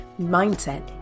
mindset